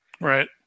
right